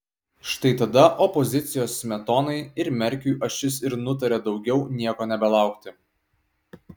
štai tada opozicijos smetonai ir merkiui ašis ir nutarė daugiau nieko nebelaukti